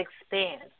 expand